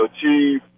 achieve